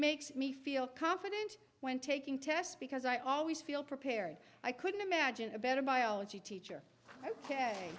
makes me feel confident when taking tests because i always feel prepared i couldn't imagine a better biology teacher ok